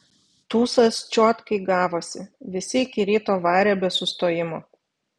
tūsas čiotkai gavosi visi iki ryto varė be sustojimo